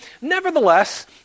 nevertheless